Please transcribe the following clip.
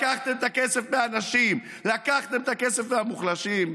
לקחתם את הכסף מהנשים, לקחתם את הכסף מהמוחלשים,